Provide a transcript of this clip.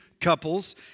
couples